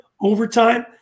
overtime